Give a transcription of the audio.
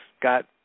got